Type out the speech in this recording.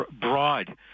broad